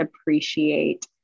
appreciate